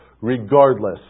Regardless